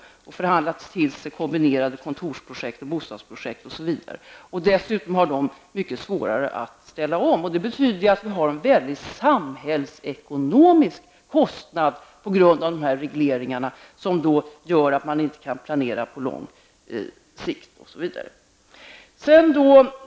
De kan inte förhandla till sig kombinerade kontorsprojekt och bostadsprojekt. Dessutom har de mycket svårare att ställa om. Det betyder att vi har en stor samhällsekonomisk kostnad på grund av dessa regleringar, vilket gör att man inte kan planera på lång sikt.